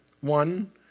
one